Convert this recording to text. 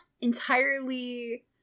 entirely